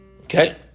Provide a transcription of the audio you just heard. Okay